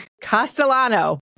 Castellano